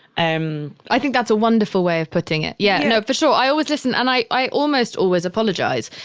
i um i think that's a wonderful way of putting it. yeah. no, for sure. i always listen and i i almost always apologize.